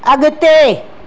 अॻिते